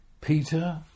Peter